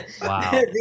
Wow